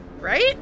right